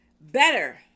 better